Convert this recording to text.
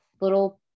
little